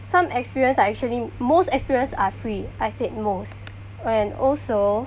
some experience are actually most experience are free I said most and also